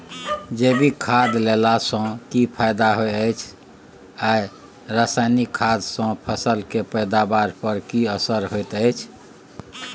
जैविक खाद देला सॅ की फायदा होयत अछि आ रसायनिक खाद सॅ फसल के पैदावार पर की असर होयत अछि?